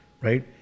right